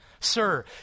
Sir